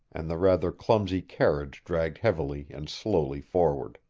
and the rather clumsy carriage dragged heavily and slowly forward.